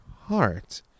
heart